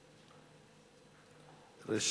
מס'